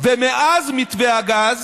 ומאז מתווה הגז